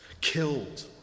killed